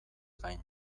gain